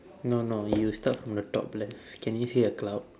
no no you start from the top left can you see a cloud